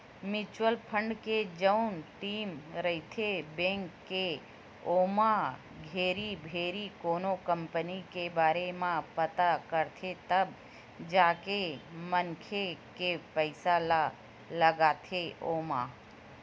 mutual fund के जउन team रहिथे बेंक के ओमन घेरी भेरी कोनो कंपनी के बारे म पता करथे तब जाके मनखे के पइसा ल लगाथे ओमा